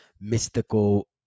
mystical